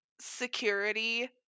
security